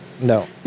No